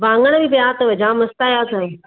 वांङण बि पिया अथव जाम मस्त आहिया अथई